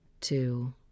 two